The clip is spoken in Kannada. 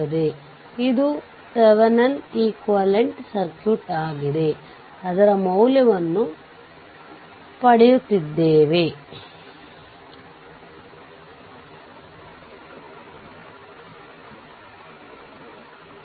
ಆದ್ದರಿಂದಇದು ಥೆವೆನಿನ್ಗೆ ಸಮನಾಗಿದ್ದರೆವಿದ್ಯುತ್ ಮೂಲಕ್ಕೆ ಪರಿವರ್ತಿಸಿದರೆ ಮತ್ತು 6 Ω ಇದಕ್ಕೆ ಸಮಾನಾಂತರವಾಗಿರುತ್ತದೆ